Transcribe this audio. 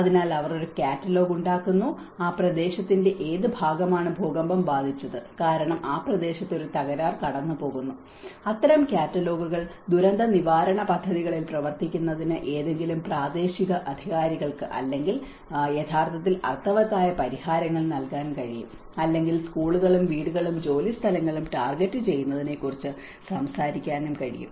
അതിനാൽ അവർ ഒരു കാറ്റലോഗ് ഉണ്ടാക്കുന്നു പ്രദേശത്തിന്റെ ഏത് ഭാഗമാണ് ഭൂകമ്പം ബാധിച്ചത് കാരണം ആ പ്രദേശത്ത് ഒരു തകരാർ കടന്നുപോകുന്നു അത്തരം കാറ്റലോഗുകൾ ദുരന്ത നിവാരണ പദ്ധതികളിൽ പ്രവർത്തിക്കുന്നതിന് ഏതെങ്കിലും പ്രാദേശിക അധികാരികൾക്ക് യഥാർത്ഥത്തിൽ അർത്ഥവത്തായ പരിഹാരങ്ങൾ നൽകാൻ കഴിയും അല്ലെങ്കിൽ സ്കൂളുകളും വീടുകളും ജോലിസ്ഥലങ്ങളും ടാർഗെറ്റുചെയ്യുന്നതിനെക്കുറിച്ച് സംസാരിക്കാനും കഴിയും